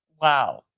wow